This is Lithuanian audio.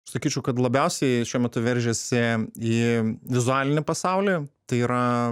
sakyčiau kad labiausiai šiuo metu veržiasi į vizualinį pasaulį tai yra